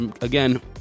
again